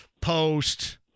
post